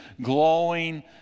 glowing